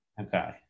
okay